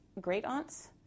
great-aunts